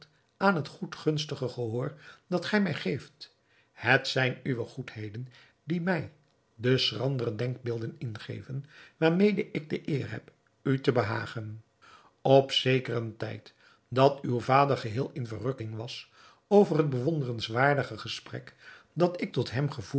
aan het goedgunstige gehoor dat gij mij geeft het zijn uwe goedheden die mij de schrandere denkbeelden ingeven waarmede ik de eer heb u te behagen op zekeren tijd dat uw vader geheel in verrukking was over het bewonderenswaardige gesprek dat ik tot hem gevoerd